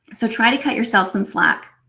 so try to cut yourself some slack.